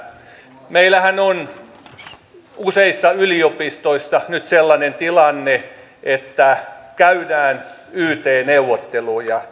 meillähän on useissa yliopistoissa nyt sellainen tilanne että käydään yt neuvotteluja